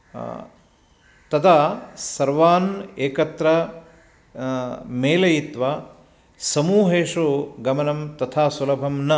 तदा सर्वान् एकत्र मेलयित्वा समूहेषु गमनं तथा सुलभं न